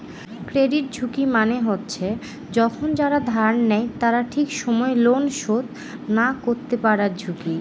credit ঝুঁকি মানে হচ্ছে যখন যারা ধার নেয় তারা ঠিক সময় লোন শোধ না করতে পারার ঝুঁকি